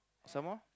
some more